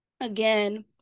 again